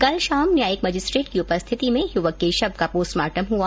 कल शाम न्यायिक मजिस्ट्रेट की उपस्थिति में यूवक के शव का पोस्टमार्टम हुआ